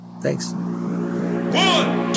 Thanks